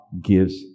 gives